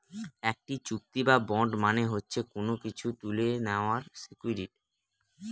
একটি চুক্তি বা বন্ড মানে হচ্ছে কোনো কিছু তুলে নেওয়ার সিকুইরিটি